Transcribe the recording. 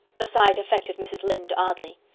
the sight affected mrs. lynde oddly.